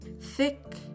thick